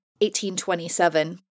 1827